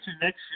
next